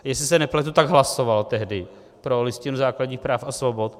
Jestli se nepletu, tak hlasoval tehdy pro Listinu základních práv a svobod.